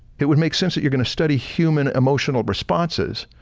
it would make sense that you're gonna study human emotional responses,